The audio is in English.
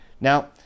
now